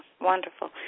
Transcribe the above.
wonderful